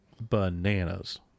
bananas